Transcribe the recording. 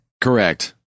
Correct